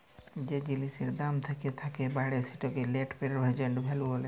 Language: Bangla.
যে জিলিসের দাম থ্যাকে থ্যাকে বাড়ে সেটকে লেট্ পেরজেল্ট ভ্যালু ব্যলে